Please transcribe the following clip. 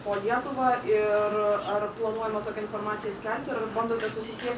po lietuvą ir ar planuojama tokią informaciją skelbti ir ar bandote susisiekt